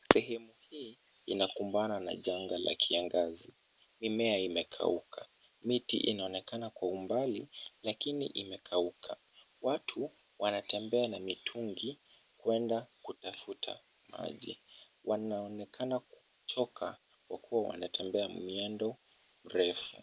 Sehemu hii inakumbana na janga la kiangazi. Mimea imekauka, miti inaonekana kwa umbali lakini imekauka. Watu wanatembea na mitungi kwenda kutafuta maji. Wanaonekana kuchoka kwa kuwa wanatembea miendo mrefu.